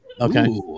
okay